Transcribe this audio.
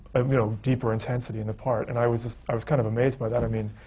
um you know deeper intensity in the part. and i was i was kind of amazed by that. i mean,